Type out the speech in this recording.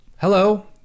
Hello